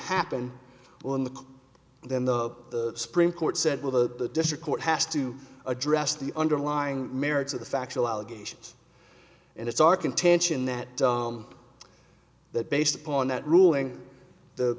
happen on the then the supreme court said well the district court has to address the underlying merits of the factual allegations and it's our contention that that based upon that ruling the